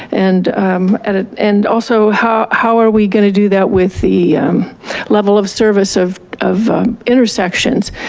and um and and also how how are we gonna do that with the level of service of of intersections?